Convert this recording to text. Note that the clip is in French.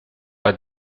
pas